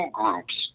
groups